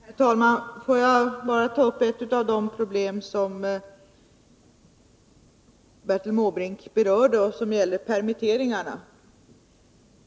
Herr talman! Låt mig helt kort ta upp ett av de problem som Bertil Måbrink berörde, nämligen permitteringarna.